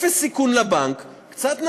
אפס סיכון לבנק, קצת ניירת,